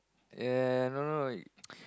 ya ya ya no no no